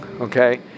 Okay